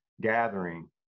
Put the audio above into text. gathering